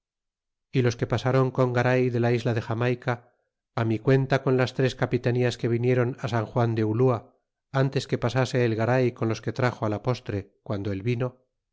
y los que pasaron con garay de la isla de jamaica á mi cuenta con las tres capitanías que viniéron a san juan de ulua fintes que pasase el garay con los que traxo á la postre guando al vino